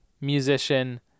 musician